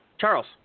Charles